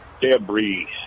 debris